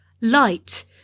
Light